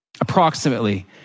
approximately